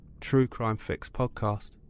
truecrimefixpodcast